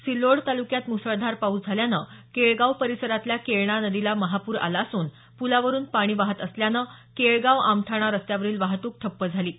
सिल्लोड तालुक्यात मुसळधार पाऊस झाल्यानं केळगाव परिसरातल्या केळणा नदीला महापूर आला असून पुलावरून पाणी वाहत असल्यानं केळगाव आमठाणा रस्त्यावरील वाहतूक ठप्प झाली आहे